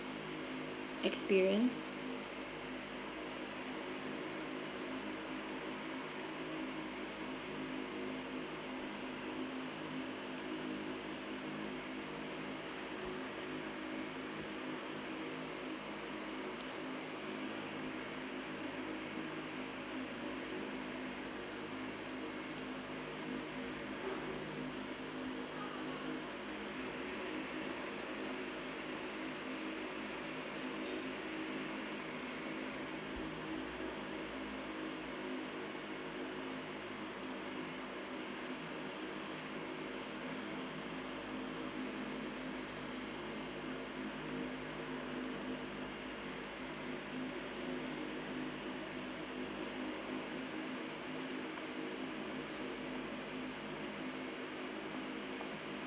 experience